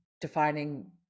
defining